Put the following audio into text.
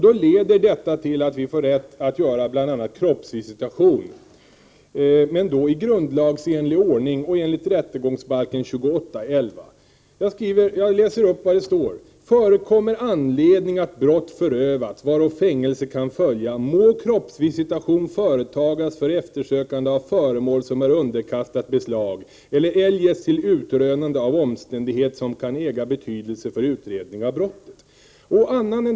Det leder till att polisen får rätt att i ett tidigare skede företa bl.a. kroppsvisitation —- i grundlagsenlig ordning och enligt rättegångsbalken 28:11. Jag citerar ur nämnda paragraf. ”Förekommer anledning, att brott förövats, varå fängelse kan följa, må kroppsvisitation företagas för eftersökande av föremål, som är underkastat beslag, eller eljest till utrönande av omständighet, som kan äga betydelse för utredning om brottet.